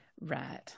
Right